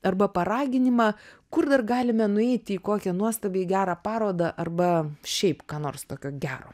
arba paraginimą kur dar galime nueiti į kokią nuostabiai gerą parodą arba šiaip ką nors tokio gero